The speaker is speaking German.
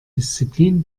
disziplin